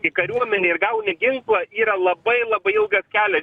į kariuomenę ir gauni ginklą yra labai labai ilgas kelias